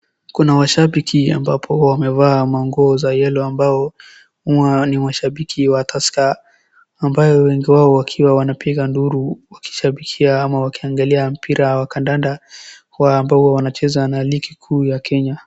Kuna washambiki ambapo wamevaa manguo za yellow ambao ni washambiki wa Tusker ambayo wengi wao wakiwa wanapiga duru wakishambikia ama wakiangalia mpira wa kandada huwa ambao wanacheza na ligi kuu Kenya.